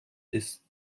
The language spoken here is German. ist